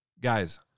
Guys